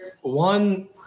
One